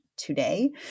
Today